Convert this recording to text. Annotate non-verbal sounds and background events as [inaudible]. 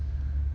[breath]